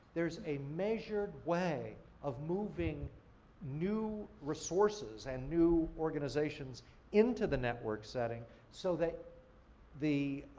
there's a measured way of moving new resources and new organizations into the network setting so that the